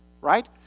right